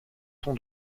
ton